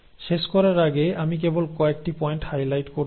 শেষ করার আগে আমি কেবল কয়েকটি পয়েন্ট হাইলাইট করতে চাই